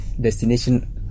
destination